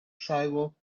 sidewalk